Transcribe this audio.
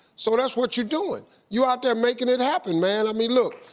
so that's what you're doin'. you out there makin' it happen. man, i mean look.